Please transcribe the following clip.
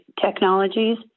technologies